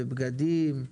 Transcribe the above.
ובגדים,